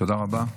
תודה רבה.